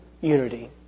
unity